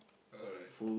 alright